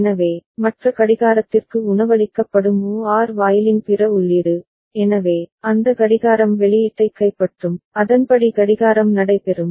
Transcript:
எனவே மற்ற கடிகாரத்திற்கு உணவளிக்கப்படும் OR வாயிலின் பிற உள்ளீடு எனவே அந்த கடிகாரம் வெளியீட்டைக் கைப்பற்றும் அதன்படி கடிகாரம் நடைபெறும்